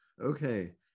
Okay